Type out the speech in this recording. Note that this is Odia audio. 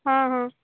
ହଁ ହଁ